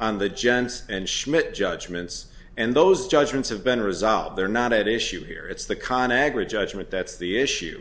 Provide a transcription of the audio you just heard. execute the gents and schmidt judgments and those judgments have been resolved they're not at issue here it's the con agra judgment that's the issue